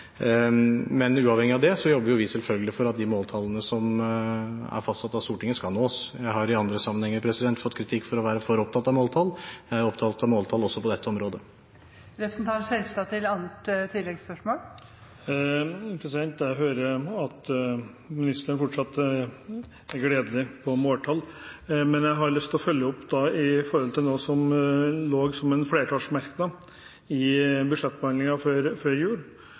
Uavhengig av det jobber vi selvfølgelig for at de måltallene som er fastsatt av Stortinget, skal nås. Jeg har i andre sammenhenger fått kritikk for å være for opptatt av måltall. Jeg er opptatt av måltall også på dette området. Jeg hører at ministeren fortsatt er gledelig på måltall. Jeg har lyst å følge opp noe som var en flertallsmerknad i budsjettbehandlingen før jul,